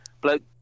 Bloke